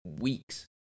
weeks